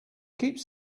keeps